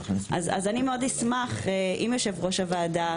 אני מאוד אשמח אם יושב-ראש הוועדה,